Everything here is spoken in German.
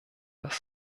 das